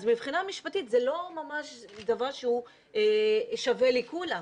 אז מבחינה משפטית זה לא דבר שהוא שווה לכולם.